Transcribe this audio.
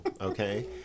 Okay